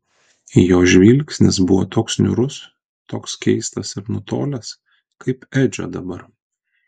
jo žvilgsnis buvo toks niūrus toks keistas ir nutolęs kaip edžio dabar